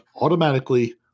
automatically